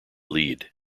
lead